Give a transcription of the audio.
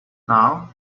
now